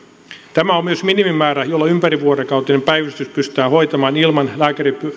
tämä on myös minimimäärä jolla ympärivuorokautinen päivystys pystytään hoitamaan ilman lääkärin